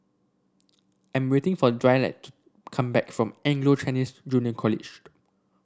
I'm waiting for Dwight to come back from Anglo Chinese Junior College